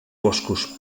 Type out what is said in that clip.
boscos